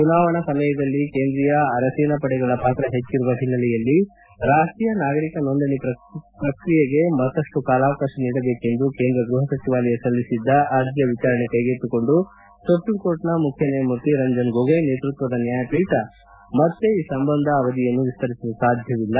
ಚುನಾವಣೆ ಸಮಯದಲ್ಲಿ ಕೇಂದ್ರೀಯ ಅರೆಸೇನಾಪಡೆಗಳ ಪಾತ್ರ ಹೆಚ್ಚರುವ ಹಿನ್ನೆಲೆಯಲ್ಲಿ ರಾಷ್ಷೀಯ ನಾಗರಿಕ ನೋಂದಣಿ ಪ್ರಕ್ರಿಯೆಗೆ ಮತ್ತಪ್ಪು ಕಾಲಾವಕಾಶ ನೀಡಬೇಕೆಂದು ಕೇಂದ್ರ ಗ್ರಹಸಚಿವಾಲಯ ಸಲ್ಲಿಸಿದ್ದ ಅರ್ಜಿಯ ವಿಚಾರಣೆ ಕ್ಲಿಗೆತ್ತಿಕೊಂಡು ಸುಪ್ರೀಂ ಕೋರ್ಟ್ನ ಮುಖ್ಯ ನ್ನಾಯಮೂರ್ತಿ ರಂಜನ್ ಗೋಗೊಯ್ ನೇತೃತ್ವದ ನ್ನಾಯಪೀಠ ಮತ್ತೆ ಈ ಸಂಬಂಧ ಅವಧಿಯನ್ನು ವಿಸ್ತರಿಸಲು ಸಾಧ್ಯವಿಲ್ಲ